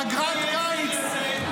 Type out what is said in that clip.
פגרת קיץ --- איך הגעת לזה?